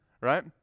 right